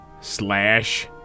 slash